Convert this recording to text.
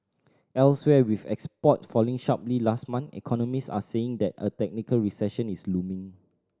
elsewhere with export falling sharply last month economist are saying that a technical recession is looming